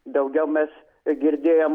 daugiau mes girdėjom